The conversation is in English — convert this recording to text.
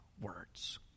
words